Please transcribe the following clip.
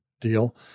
deal